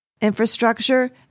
infrastructure